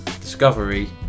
Discovery